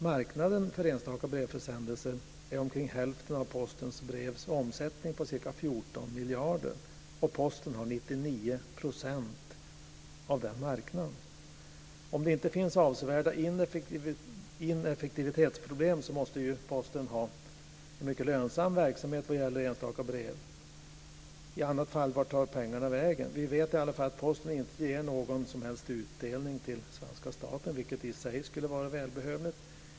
Marknaden för enstaka brevförsändelser är omkring hälften av Posten brevs omsättning på ca 14 miljarder kronor, och Posten har 99 % av den marknaden. Om det inte finns avsevärda ineffektivitetsproblem måste ju Posten ha en mycket lönsam verksamhet vad gäller enstaka brevförsändelser. Vart tar i annat fall pengarna vägen? Vi vet i alla fall att Posten inte ger någon som helst utdelning till svenska staten, vilket i sig skulle vara välbehövligt.